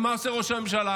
מה עושה ראש הממשלה?